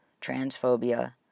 transphobia